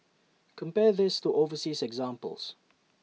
compare this to overseas examples